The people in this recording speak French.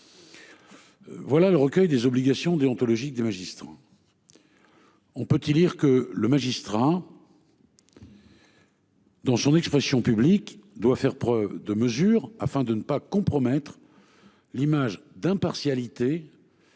Voilà le recueil des obligations déontologiques des magistrats. On peut y lire que le magistrat. Dans son expression publique doit faire preuve de mesure afin de ne pas compromettre. L'image d'impartialité.